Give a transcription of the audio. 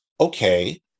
okay